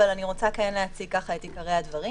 אבל אני רוצה להציג את עיקרי הדברים.